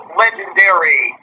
legendary